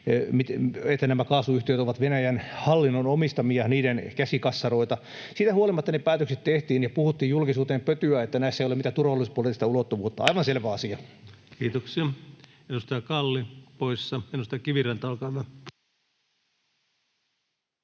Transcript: että nämä kaasuyhtiöt ovat Venäjän hallinnon omistamia, niiden käsikassaroita. Siitä huolimatta ne päätökset tehtiin ja puhuttiin julkisuuteen pötyä, että näissä ei ole mitään turvallisuuspoliittista ulottuvuutta. Aivan selvä asia. Kiitoksia. — Edustaja Kalli poissa. — Edustaja Kiviranta, olkaa hyvä.